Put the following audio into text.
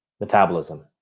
metabolism